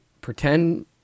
pretend